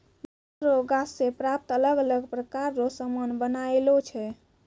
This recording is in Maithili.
नेमो रो गाछ से प्राप्त अलग अलग प्रकार रो समान बनायलो छै